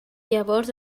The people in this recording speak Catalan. llavors